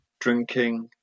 drinking